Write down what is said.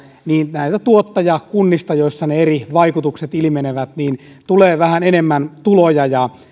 näille tuottajakunnille joissa ne eri vaikutukset ilmenevät tulee vähän enemmän tuloja